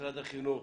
משרד החינוך,